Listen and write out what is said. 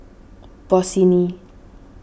Bossini